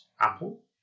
Apple